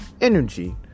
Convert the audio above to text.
energy